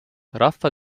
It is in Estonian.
rahva